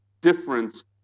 difference